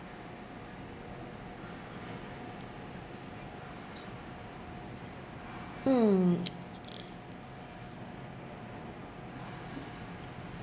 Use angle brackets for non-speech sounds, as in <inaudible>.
mm <noise>